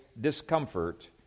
discomfort